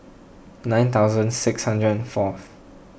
nine thousand six hundred and fourth